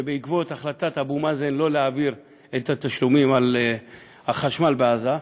בעקבות החלטת אבו מאזן שלא להעביר את התשלומים על החשמל בעזה,